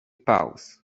pauz